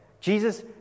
Jesus